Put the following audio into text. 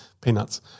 peanuts